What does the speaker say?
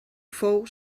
fou